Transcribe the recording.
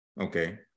okay